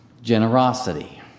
Generosity